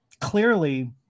clearly